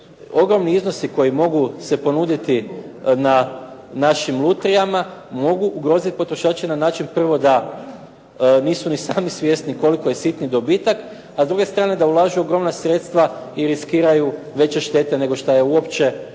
ogromni iznosi koji mogu se ponuditi na našim lutrijama mogu ugrozit potrošače na način prvo da nisu ni sami svjesni koliko je sitni dobitak, a s druge strane da ulažu ogromna sredstva i riskiraju veće štete nego šta je uopće moguće